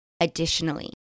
Additionally